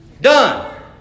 done